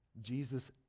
Jesus